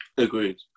Agreed